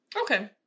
Okay